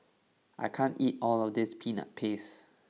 I can't eat all of this peanut paste